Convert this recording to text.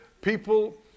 people